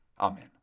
Amen